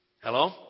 Hello